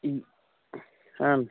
ಹ್ಞೂ ಹಾಂ